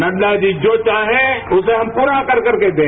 नड्डा जी जो चाहें उसे हम पूरा कर कर के दें